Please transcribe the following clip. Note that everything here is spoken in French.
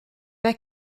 pas